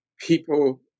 people